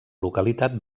localitat